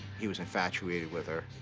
he was infatuated with her,